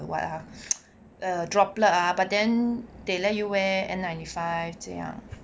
what ah droplet but then they let you wear N ninety five 这样